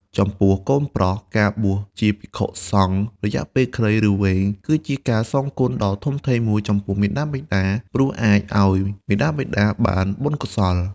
ចំពោះកូនប្រុស ការបួសជាភិក្ខុសង្ឃរយៈពេលខ្លី ឬវែង គឺជាការសងគុណដ៏ធំធេងមួយចំពោះមាតាបិតា ព្រោះអាចឲ្យមាតាបិតាបានបុណ្យកុសល។